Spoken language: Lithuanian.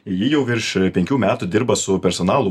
ji jau virš penkių metų dirba su personalų